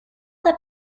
that